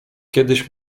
kiedyś